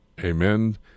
Amen